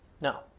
No